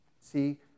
See